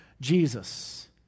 Jesus